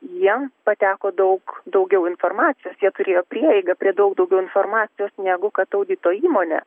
jiems pateko daug daugiau informacijos jie turėjo prieigą prie daug daugiau informacijos negu kad audito įmonė